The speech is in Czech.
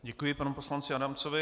Děkuji panu poslanci Adamcovi.